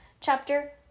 Chapter